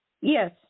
Yes